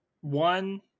one